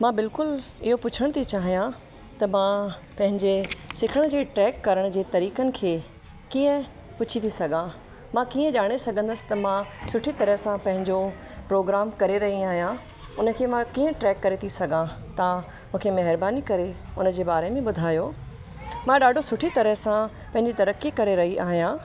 मां बिल्कुलु इहो पुछण थी आहियां त मां पंहिंजे सिखण जे ट्रैक करण जे तरीक़नि खे कीअं पुछी थी सघां मां कीअं ॼाणे सघंदा त मां सुठी तरह सां पंहिंजो प्रोग्राम करे रही आहियां उन खे मां कीअं ट्रैक करे थी सघां तव्हां मूंखे महिरबानी करे उन जे बारे में ॿुधायो मां ॾाढो सुठी तरह सां पंहिंजी तरक़ी करे रही आहियां